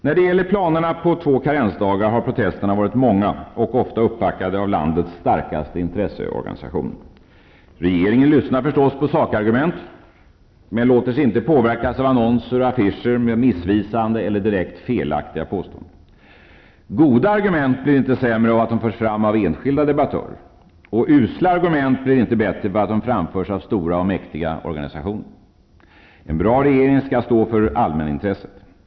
När det gäller planerna på två karensdagar har protesterna varit många och ofta uppbackade av landets starkaste intresseorganisationer. Regeringen lyssnar förstås på sakargument, men låter sig inte påverkas av annonser och affischer med missvisande eller direkt felaktiga påståenden. Goda argument blir inte sämre av att de förs fram av enskilda debattörer, och usla argument blir inte bättre för att de framförs av stora och mäktiga organisationer. En bra regering skall stå för allmänintresset.